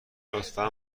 لطفا